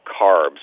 carbs